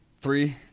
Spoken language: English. three